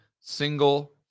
single